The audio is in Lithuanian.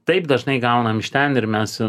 taip dažnai gaunam iš ten ir mes